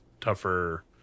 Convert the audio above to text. tougher